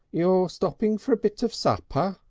you're stopping for a bit of supper?